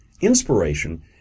inspiration